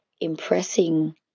impressing